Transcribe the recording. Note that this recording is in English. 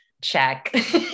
Check